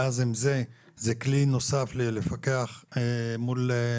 ואז זה כלי נוסף לפקח מול